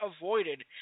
avoided